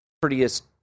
prettiest